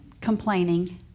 complaining